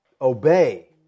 obey